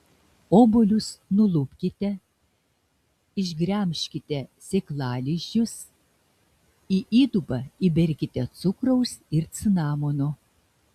obuolius nulupkite išgremžkite sėklalizdžius į įdubą įberkite cukraus ir cinamono